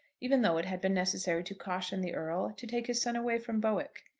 even though it had been necessary to caution the earl to take his son away from bowick.